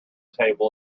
table